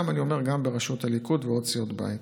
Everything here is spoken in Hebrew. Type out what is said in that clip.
גם בראשות הליכוד ועוד מסיעות הבית,